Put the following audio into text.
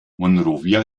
monrovia